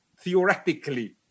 theoretically